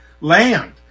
land